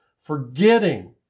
forgetting